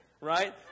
right